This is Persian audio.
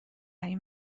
این